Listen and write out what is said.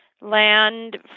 land